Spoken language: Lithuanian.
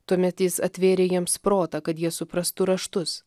tuomet jis atvėrė jiems protą kad jie suprastų raštus